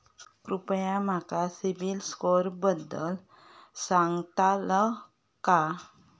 कृपया माका सिबिल स्कोअरबद्दल सांगताल का?